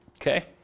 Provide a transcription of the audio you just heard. okay